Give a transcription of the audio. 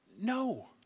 No